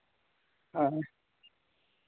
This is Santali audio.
ᱦᱮᱸ